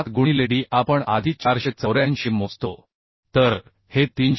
7 गुणिले d आपण आधी 484 मोजतो तर हे 338